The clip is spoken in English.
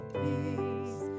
peace